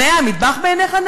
הנאה המטבח בעיניך?